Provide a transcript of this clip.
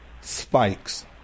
spikes